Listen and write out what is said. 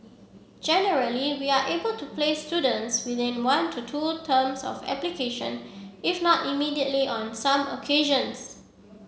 generally we are able to place students within one to two terms of application if not immediately on some occasions